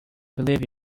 believe